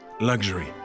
Luxury